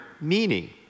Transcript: meaning